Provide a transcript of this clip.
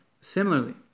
Similarly